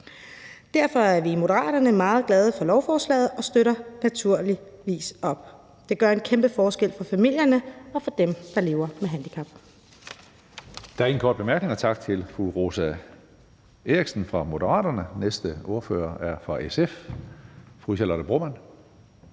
Derfor er vi i Moderaterne meget glade for lovforslaget og støtter naturligvis op om det. Det gør en kæmpe forskel for familierne og for dem, der lever med handicap.